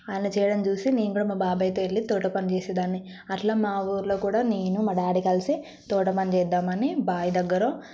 ఆయన చేయడం చూసి నేను కూడా మా బాబాయ్తో వెళ్ళి తోట పని చేసేదాన్ని అట్లా మా ఊర్లో కూడా నేను మా డాడీ కలిసి తోట పని చేద్దామని బావి దగ్గర